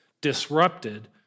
disrupted